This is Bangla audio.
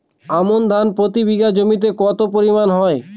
আমন ধান প্রতি বিঘা জমিতে কতো পরিমাণ হয়?